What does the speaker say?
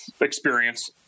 experience